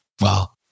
Wow